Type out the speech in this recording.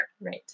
Right